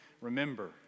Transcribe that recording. remember